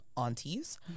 aunties